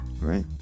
right